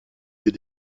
des